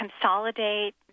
consolidate